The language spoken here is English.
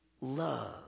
love